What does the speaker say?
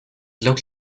look